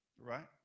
Right